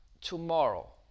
tomorrow